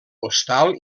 hostal